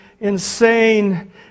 insane